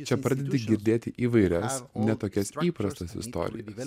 čia pradedi girdėti įvairias ne tokias įprastas istorijas